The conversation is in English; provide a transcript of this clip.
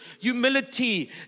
humility